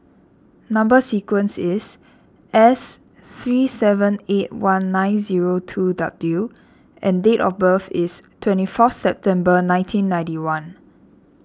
Number Sequence is S three seven eight one nine zero two W and date of birth is twenty fourth September nineteen ninety one